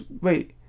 Wait